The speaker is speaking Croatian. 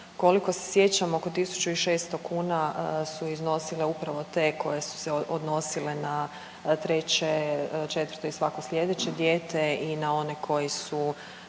koliko se sjećam oko 1.600 kuna su iznosile upravo te koje su se odnosile na treće, četvrto i svako slijedeće dijete i na one koji su